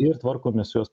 ir tvarkomės jos